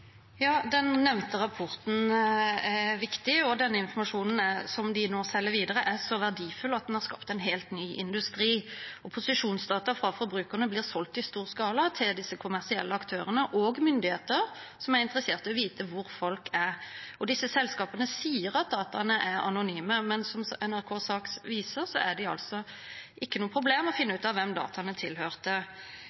Den nevnte rapporten er viktig, og den informasjonen som de nå selger videre, er så verdifull at den har skapt en helt ny industri. Posisjonsdata fra forbrukerne blir solgt i stor skala til disse kommersielle aktørene og myndigheter som er interessert i å vite hvor folk er. Disse selskapene sier at dataene er anonyme, men som NRKs sak viser, er det altså ikke noe problem å finne